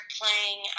playing